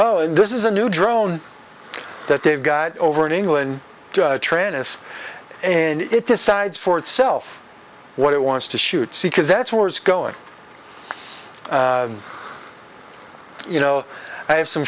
zero and this is a new drone that they've got over in england travis and it decides for itself what it wants to shoot see because that's where it's going you know i have some